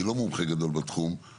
אני לא מומחה גדול בתחום,